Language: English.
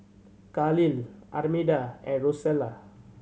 Kahlil Armida and Rosella